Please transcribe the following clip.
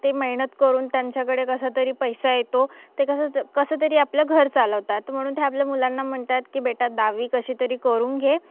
ते मेहनत करून त्यांच्याकडे कसा तरी पैसा येतो ते कसं तर कसं तरी आपलं घर चालवतात म्हणून त्या आपल्या मुलांना म्हणतात की बेटा दहावी कशी तरी करून घे